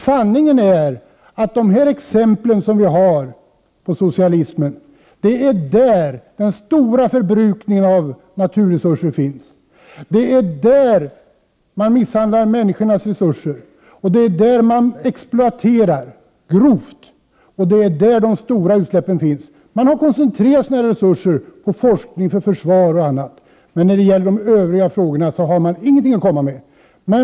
Sanningen är att det är i de socialistiska länderna som den stora förbrukningen av naturresurserna finns. Det är där man misshushållar med människors resurser. Det är där man exploaterar grovt, och det är där de stora utsläppen finns. Man har koncentrerat sina resurser på forskning, försvar och annat. Men när det gäller de övriga frågorna har man ingenting att komma med.